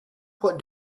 what